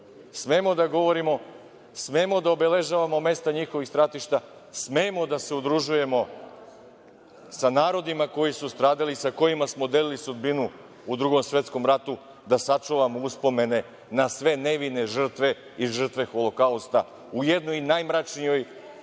Smemo da govorimo, smemo da obeležavamo mesta njihovih stratišta, smemo da se udružujemo sa narodima koji su stradali, sa kojima smo delili sudbinu u Drugom svetskom ratu, da sačuvamo uspomene na sve nevine žrtve i žrtve Holokausta u jednoj najmračnijoj